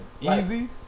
easy